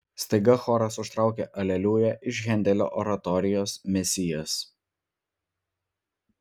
staiga choras užtraukė aleliuja iš hendelio oratorijos mesijas